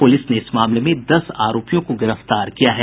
police ने इस मामले में दस आरोपियों को गिरफ्तार किया है